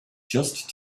just